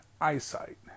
eyesight